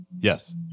yes